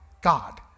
God